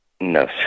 No